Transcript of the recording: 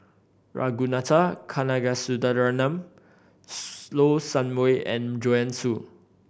Ragunathar Kanagasuntheram Low Sanmay and Joanne Soo